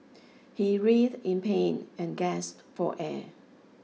he writhe in pain and gasped for air